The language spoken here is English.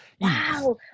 Wow